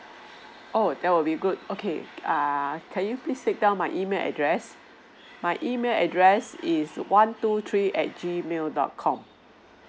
oh that will be good okay err can you please take down my email address my email address is one two three at gmail dot com